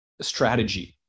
strategy